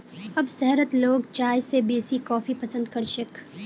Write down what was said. अब शहरत लोग चाय स बेसी कॉफी पसंद कर छेक